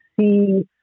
see